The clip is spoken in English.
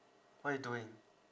what you doing